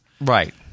right